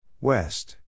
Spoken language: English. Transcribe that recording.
West